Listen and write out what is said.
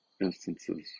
instances